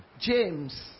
James